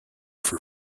for